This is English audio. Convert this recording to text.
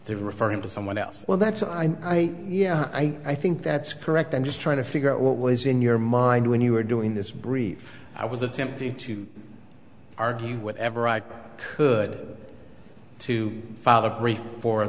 they refer him to someone else well that's all i yeah i think that's correct i'm just trying to figure out what was in your mind when you were doing this brief i was attempting to argue whatever i could to fo